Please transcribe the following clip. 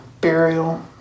burial